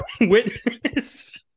Witness